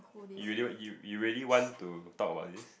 you really you you really want to talk about this